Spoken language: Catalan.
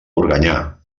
organyà